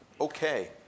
Okay